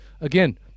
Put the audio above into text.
Again